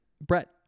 Brett